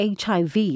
HIV